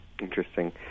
Interesting